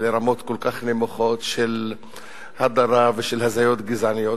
לרמות כל כך נמוכות של הדרה ושל הזיות גזעניות,